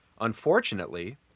Unfortunately